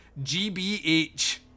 GBH